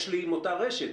ההסכם הוא עם אותה רשת.